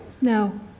No